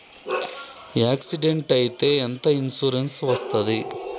Accident అయితే ఎంత insurance వస్తది?